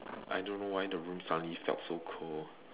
I don't know why the room suddenly felt so cold